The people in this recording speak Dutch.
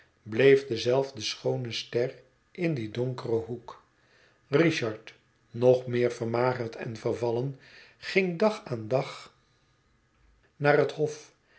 bleef dezelfde schoone ster in dien donkeren hoek richard nog meer vermagerd en vervallen ging dag aan dag naar het